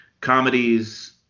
Comedies